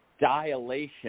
dilation